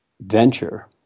venture